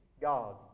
God